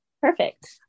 Perfect